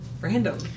random